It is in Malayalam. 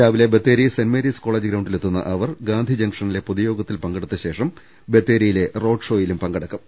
രാവിലെ ബത്തേരി സെന്റ് മേരീസ് കോളജ് ഗ്രൌണ്ടിലെത്തുന്ന അവർ ഗാന്ധി ജംഗ്ഷനിലെ പൊതുയോഗത്തിൽ പങ്കെടുത്തശേഷം ബത്തേ രിയിലെ റോഡ്ഷോയിലും പങ്കെടുക്കും